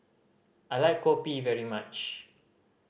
I like kopi very much